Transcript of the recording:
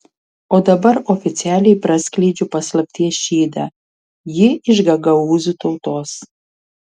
o dabar oficialiai praskleidžiu paslapties šydą ji iš gagaūzų tautos